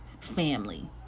Family